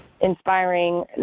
inspiring